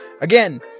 Again